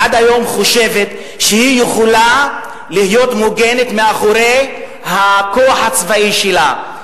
חושבת שהיא יכולה להיות מוגנת מאחורי הכוח הצבאי שלה.